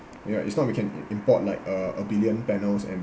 ya it's not we can import like uh a billion panels and